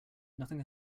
nothing